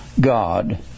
God